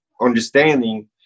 understanding